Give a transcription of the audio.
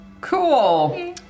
Cool